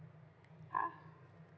uh